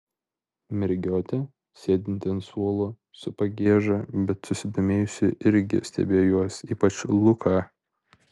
mergiotė sėdinti ant suolo su pagieža bet susidomėjusi irgi stebėjo juos ypač luką